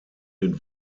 den